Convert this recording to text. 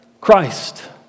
Christ